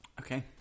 okay